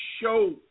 show